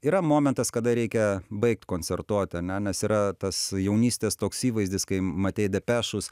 yra momentas kada reikia baigt koncertuot ane nes yra tas jaunystės toks įvaizdis kai matei depešus